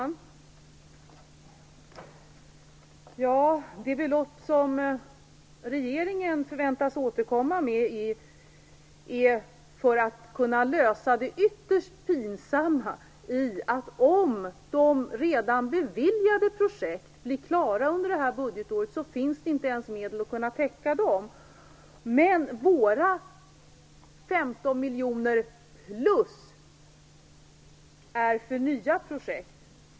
Fru talman! Det belopp som regeringen förväntas återkomma med har till syfte att lösa det ytterst pinsamma i att det inte ens finns med till att täcka de redan beviljade projekten om dessa blir klara under det här budgetåret. De 15 miljoner som vi föreslår utöver regeringens budget är för nya projekt.